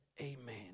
Amen